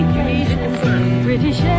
British